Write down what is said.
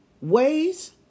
ways